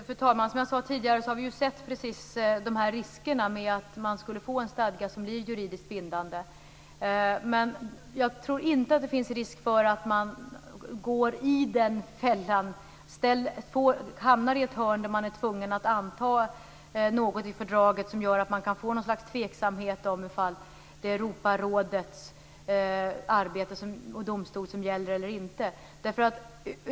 Fru talman! Som jag sade tidigare har vi sett riskerna med att man får en stadga som blir juridiskt bindande. Men jag tror inte att det finns någon risk för att man går i den fällan och hamnar i ett hörn där man är tvungen att anta något i fördraget som gör att det kan uppstå tveksamheter om i fall det är Europarådets arbete och domstol som gäller eller inte.